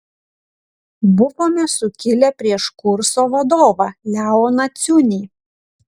buvome sukilę prieš kurso vadovą leoną ciunį